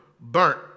burnt